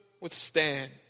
withstand